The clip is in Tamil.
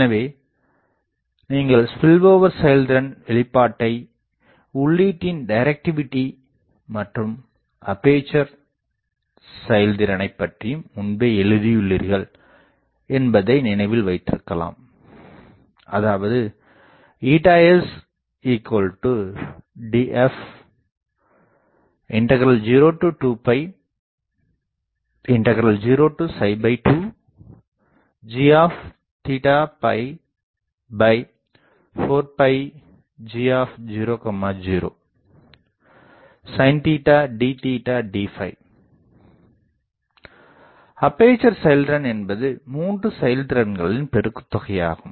எனவே நீங்கள் ஸ்பில்ஓவர் செயல்திறன் வெளிப்பாட்டை உள்ளீட்டின் டிரெக்டிவிடி மற்றும் அப்பேசர் செயல்திறனைப் பற்றியும் முன்பே எழுதியுள்ளீர்கள் என்பதை நினைவில் வைத்திருக்கலாம் அதாவது sDf0202g4 g00sin d d aperture செயல்திறன் என்பது மூன்று செயல்திறன்கள் பெருக்கு தொகையாகும்